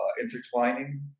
intertwining